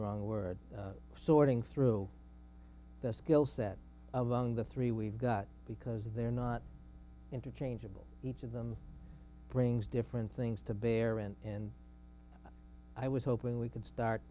around the word sorting through the skill set along the three we've got because they're not interchangeable each of them brings different things to bear and i was hoping we could start